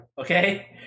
Okay